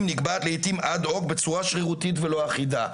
נקבעת לעיתים אד הוק בצורה שרירותית ולא אחידה.